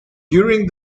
during